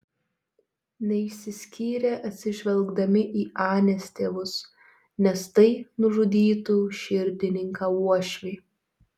neišsiskyrė atsižvelgdami į anės tėvus nes tai nužudytų širdininką uošvį